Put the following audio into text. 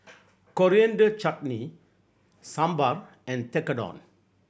Coriander Chutney Sambar and Tekkadon